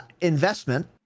investment